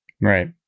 right